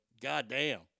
goddamn